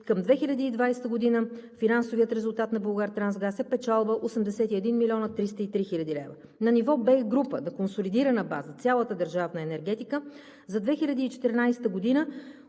към 2020 г. финансовият резултат на „Булгартрансгаз“ е печалба 81 млн. 303 хил. лв. На ниво БЕХ Група на консолидирана база – цялата държавна енергетика, за 2014 г.